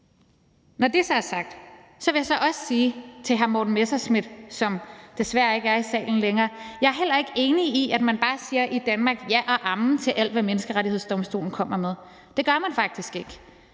Når det så er sagt, vil jeg også sige til hr. Morten Messerschmidt, som desværre ikke er i salen længere, at jeg heller ikke er enig i, at man i Danmark bare siger ja og amen til alt, hvad Menneskerettighedsdomstolen kommer med. Det gør man faktisk ikke.